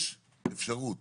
יש אפשרות